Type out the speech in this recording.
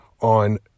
on